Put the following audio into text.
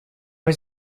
his